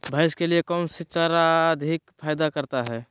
भैंस के लिए कौन सी चारा अधिक फायदा करता है?